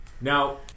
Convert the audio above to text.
Now